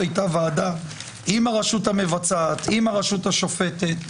הייתה ועדה עם הרשות המבצעת ועם הרשות השופטת.